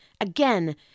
again